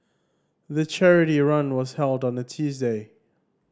the charity run was held on a Tuesday